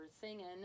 singing